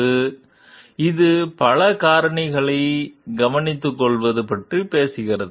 எனவே இது பல காரணிகளை கவனித்துக்கொள்வது பற்றி பேசுகிறது